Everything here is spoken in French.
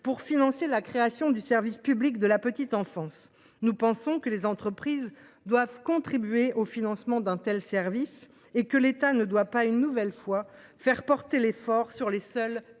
pour financer la création du service public de la petite enfance. À nos yeux, les entreprises doivent contribuer au financement d’un tel service ; l’État ne doit pas, une nouvelle fois, faire peser l’effort sur les seules